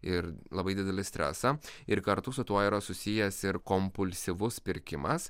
ir labai didelį stresą ir kartu su tuo yra susijęs ir kompulsyvus pirkimas